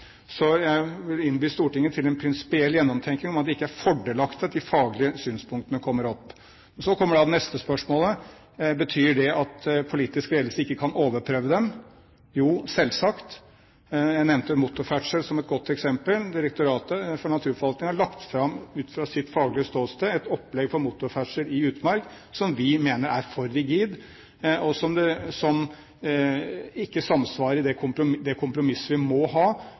Jeg innbyr Stortinget til en prinsipiell gjennomtenkning av om det ikke er fordelaktig at de faglige synspunktene kommer opp. Så kommer det neste spørsmålet: Betyr det at politisk ledelse ikke kan overprøve dem? Jo, selvsagt, jeg nevnte motorferdsel som et godt eksempel. Direktoratet for naturforvaltning har lagt fram, ut fra sitt faglige ståsted, et opplegg for motorferdsel i utmark som vi mener er for rigid, og som ikke samsvarer med det kompromisset vi må ha